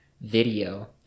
video